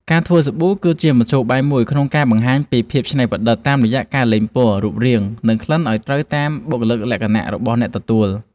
ការធ្វើសាប៊ូគឺជាមធ្យោបាយមួយក្នុងការបង្ហាញពីភាពច្នៃប្រឌិតតាមរយៈការលេងពណ៌ រូបរាង និងក្លិនឱ្យត្រូវទៅតាមបុគ្គលិកលក្ខណៈរបស់អ្នកទទួល។